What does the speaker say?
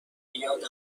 یادم